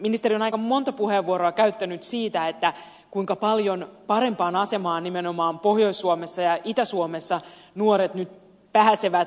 ministeri on aika monta puheenvuoroa käyttänyt siitä kuinka paljon parempaan asemaan nimenomaan pohjois suomessa ja itä suomessa nuoret nyt pääsevät